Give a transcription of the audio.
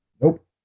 Nope